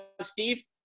Steve